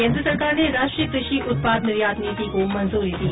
केन्द्र सरकार ने राष्ट्रीय कृषि उत्पाद निर्यात नीति को मंजूरी दी